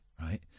right